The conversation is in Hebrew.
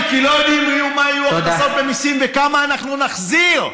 כי לא יודעים מה יהיו הכנסות ממיסים וכמה אנחנו נחזיר.